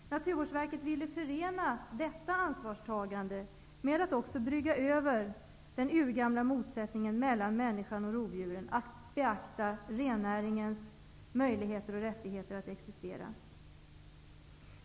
Naturvårdsverket ville förena detta ansvarstagande med att också brygga över den urgamla motsättningen mellan människan och rovdjuren och beakta rennäringens möjligheter och rättighet att existera.